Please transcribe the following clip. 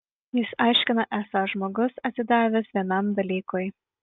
jis aiškina esąs žmogus atsidavęs vienam dalykui